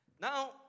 Now